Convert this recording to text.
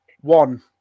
one